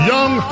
Young